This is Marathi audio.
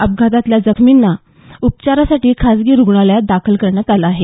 अपघातातल्या जखमींना उपचारासाठी खासगी रूग्णालयात दाखल करण्यात आलं आहे